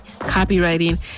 copywriting